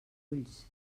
ulls